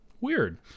Weird